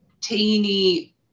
teeny